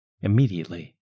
immediately